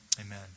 Amen